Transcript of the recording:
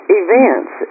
events